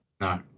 No